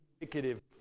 indicative